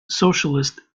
socialist